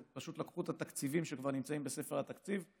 פשוט לקחו את התקציבים שכבר נמצאים בספר התקציב,